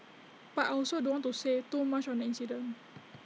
but I also don't want to say too much on the incident